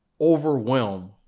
overwhelm